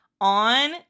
on